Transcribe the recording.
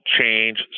change